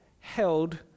held